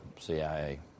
CIA